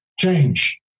change